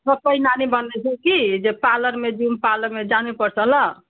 सब नानी भन्दै थियो कि पार्लारमा जाऊँ पार्लारमा जानु पर्छ ल